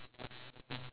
ya